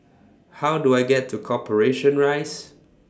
How Do I get to Corporation Rise